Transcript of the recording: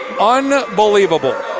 Unbelievable